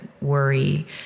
worry